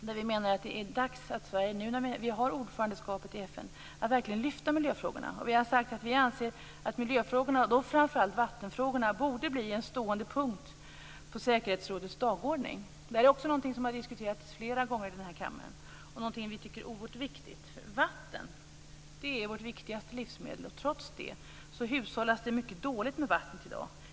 Nu när Sverige är medlem i säkerhetsrådet i FN är det dags att verkligen lyfta miljöfrågorna. Vi anser att miljöfrågorna och då framför allt vattenfrågorna borde bli en stående punkt på säkerhetsrådets dagordning. Det är också något som har diskuterats flera gånger i den här kammaren. Det är någonting som vi tycker är oerhört viktigt. Vatten är vårt viktigaste livsmedel. Trots det hushållas det mycket dåligt med vattnet i dag.